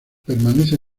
permanece